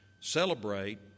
Celebrate